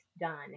done